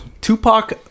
Tupac